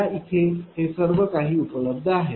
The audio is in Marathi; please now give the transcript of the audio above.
या इथे हे सर्व काही उपलब्ध आहे